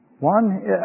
One